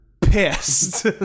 Pissed